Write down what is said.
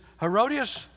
Herodias